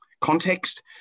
context